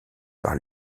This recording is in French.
par